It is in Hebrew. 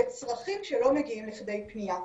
בצרכים שלא מגיעים לכדי פנייה.